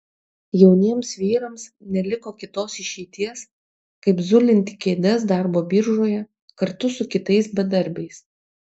jauniems vyrams neliko kitos išeities kaip zulinti kėdes darbo biržoje kartu su kitais bedarbiais